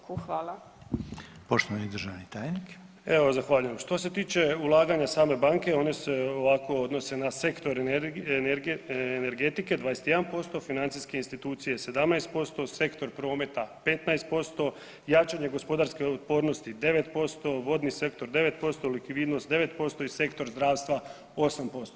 Evo zahvaljujem, što se tiče ulaganja same banke one se ovako odnose na sektor energetike 21%, financijske institucije 17%, sektor prometa 15%, jačanje gospodarske otpornosti 9%, vodni sektor 9%, likvidnost 9% i sektor zdravstva 8%